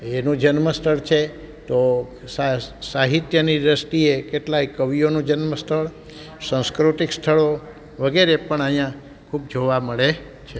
એનું જન્મ સ્થળ છે તો સાહિત્યની દ્રષ્ટીએ કેટલાય કવીઓનું જન્મ સ્થળ સંસ્કૃતિક સ્થળો વગેરે પણ અહીંયા ખૂબ જોવા મળે છે